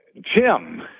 Jim